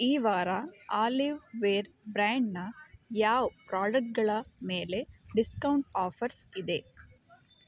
ಈ ವಾರ ಆಲಿವ್ವೇರ್ ಬ್ರ್ಯಾಂಡ್ನ ಯಾವ ಪ್ರಾಡಕ್ಟ್ಗಳ ಮೇಲೆ ಡಿಸ್ಕೌಂಟ್ ಆಫರ್ಸ್ ಇದೆ